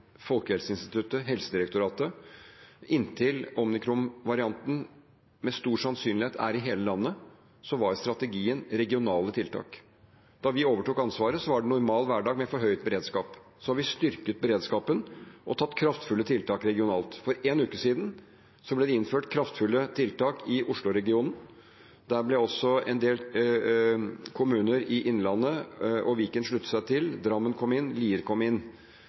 Folkehelseinstituttet og Helsedirektoratet. Inntil omikronvarianten med stor sannsynlighet er i hele landet, var jo strategien å ha regionale tiltak. Da vi overtok ansvaret, var det en normal hverdag med forhøyet beredskap. Så har vi styrket beredskapen og innført kraftfulle tiltak regionalt. For én uke siden ble det innført kraftfulle tiltak i Oslo-regionen. En del kommuner i Innlandet og Viken sluttet seg også til, Drammen kom inn, og Lier kom inn.